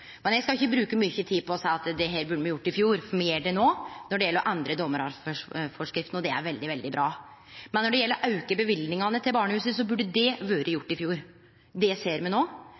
eg skal ikkje bruke mykje tid på å seie at dette burde me ha gjort i fjor, for me gjer det no – når det gjeld å endre domaravhøyrforskrifta – og det er veldig bra, men når det gjeld å auke løyvingane til barnehusa, burde det ha vore gjort i fjor. Det ser me no,